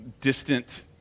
distant